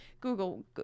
Google